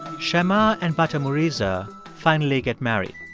shema and batamuriza finally get married.